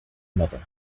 mother